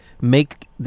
make